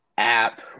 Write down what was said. app